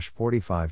45